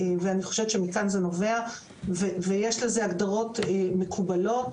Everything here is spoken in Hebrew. יש לזה הגדרות מקובלות.